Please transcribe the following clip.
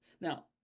Now